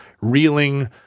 reeling